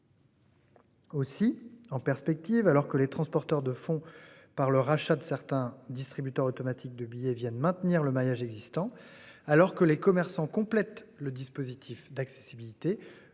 Aussi en perspective alors que les transporteurs de fonds par le rachat de certains distributeurs automatiques de billets viennent maintenir le maillage existant alors que les commerçants complètent le dispositif d'accessibilité.